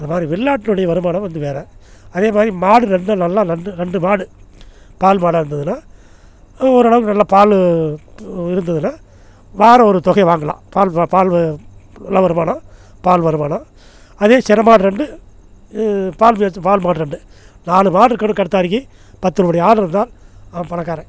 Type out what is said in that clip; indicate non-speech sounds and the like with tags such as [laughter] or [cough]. அதைமாரி வெள்ளாட்டுனுடைய வருமானம் வந்து வேறு அதேமாதிரி மாடு நல்லா ரெண்டு ரெண்டு மாடு பால் மாடாக இருந்ததுன்னா ஓரளவுக்கு நல்ல பால் இருந்ததுன்னா வாரம் ஒரு தொகை வாங்கலாம் பால் பாலில் நல்ல வருமானம் பால் வருமானம் அதே செனை மாடு ரெண்டு பால் [unintelligible] பால் மாடு ரெண்டு நாலு மாடு [unintelligible] பத்துனுடைய ஆடுருந்தால் அவன் பணக்காரன்